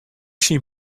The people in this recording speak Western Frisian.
syn